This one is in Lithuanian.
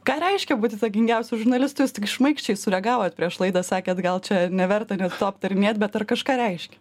ką reiškia būti įtakingiausiu žurnalistu jūs šmaikščiai sureagavot prieš laidą sakėt gal čia neverta net to aptarinėt bet ar kažką reiškia